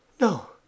No